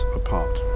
apart